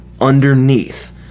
underneath